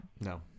No